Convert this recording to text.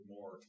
more—